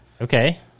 Okay